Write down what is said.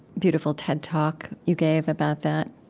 beautiful ted talk you gave about that.